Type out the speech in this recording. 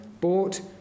bought